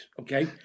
Okay